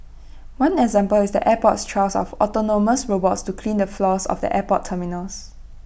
one example is the airport's trial of autonomous robots to clean the floors of the airport terminals